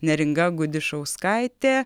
neringa gudišauskaitė